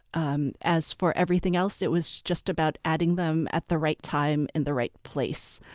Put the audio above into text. um as for everything else, it was just about adding them at the right time in the right place.